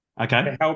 Okay